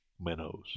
minnows